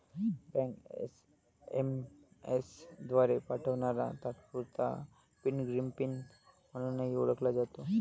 bank SMS द्वारे पाठवणारा तात्पुरता पिन ग्रीन पिन म्हणूनही ओळखला जातो